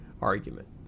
argument